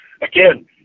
again